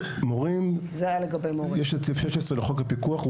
מורים יש את סעיף (16) לחוק הפיקוח,